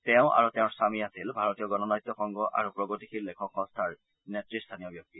তেওঁ আৰু তেওঁৰ স্বামী আছিল ভাৰতীয় গণনাট্য সংঘ আৰু প্ৰগতিশীল লেখক সংস্থাৰ নেতৃস্থানীয় ব্যক্তি